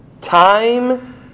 Time